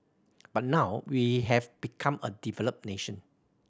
but now we have become a developed nation